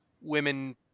women